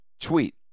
tweet